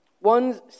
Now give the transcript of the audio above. One's